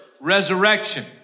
resurrection